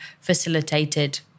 facilitated